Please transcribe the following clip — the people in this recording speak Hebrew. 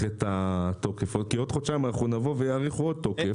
את התוקף כי עוד חודשיים אנחנו נבוא ויאריכו עוד תוקף.